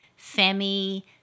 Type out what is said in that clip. femi